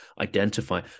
identify